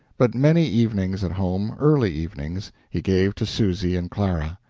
but many evenings at home early evenings he gave to susy and clara.